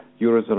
Eurozone